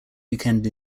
weekend